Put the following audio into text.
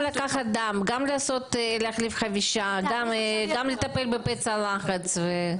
לקחת דם; גם להחליף חבישה; גם לטפל בפצע לחץ.